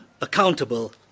accountable